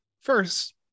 first